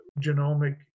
genomic